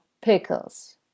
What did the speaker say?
pickles